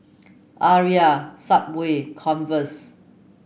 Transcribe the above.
Arai Subway Converse